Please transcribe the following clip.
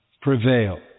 prevail